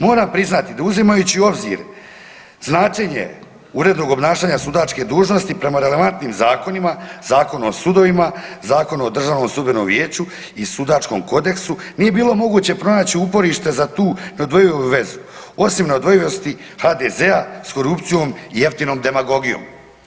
Moram priznati da uzimajući u obzir značenje urednog obnašanja sudačke dužnosti prema relevantnim zakonima, Zakonu o sudovima, Zakonu o Državnom sudbenom vijeću i sudačkom kodeksu nije bilo moguće pronaći uporište za tu neodvojivu vezu osim neodvojivosti HDZ-a sa korupcijom i jeftinom demagogijom.